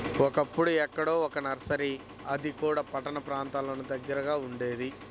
ఒకప్పుడు ఎక్కడో ఒక్క నర్సరీ అది కూడా పట్టణ ప్రాంతాలకు దగ్గరగా ఉండేది